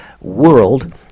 world